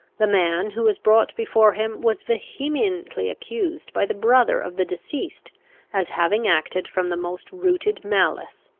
the man who was brought before him was vehemently accused by the brother of the deceased as having acted from the most rooted malice.